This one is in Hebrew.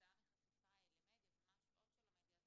כתוצאה מחשיפה למדיה ומה ההשפעות של המדיה,